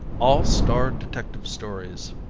all star detective stories,